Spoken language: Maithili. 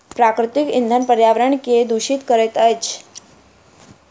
प्राकृतिक इंधन पर्यावरण के प्रदुषित करैत अछि